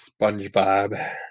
Spongebob